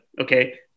okay